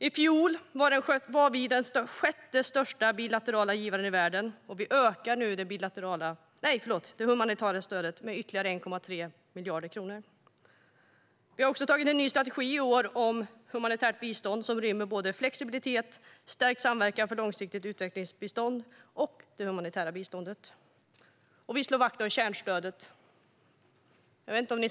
I fjol var vi den sjätte största bilaterala givaren i världen, och vi ökar nu det humanitära stödet med ytterligare 1,3 miljarder kronor. Vi har i år antagit en ny strategi för humanitärt bistånd, som rymmer både flexibilitet och stärkt samverkan för det långsiktiga utvecklingsbiståndet och det humanitära biståndet. Vi slår också vakt om kärnstödet.